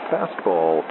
Fastball